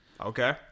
Okay